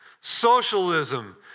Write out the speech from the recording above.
socialism